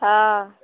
हँ